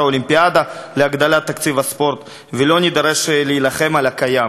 האולימפיאדה להגדלת תקציב הספורט ולא נידרש להילחם על הקיים.